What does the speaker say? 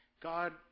God